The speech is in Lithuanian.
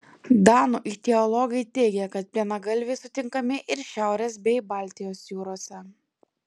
danų ichtiologai teigia kad plienagalviai sutinkami ir šiaurės bei baltijos jūrose